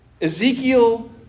Ezekiel